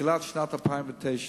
בתחילת שנת 2009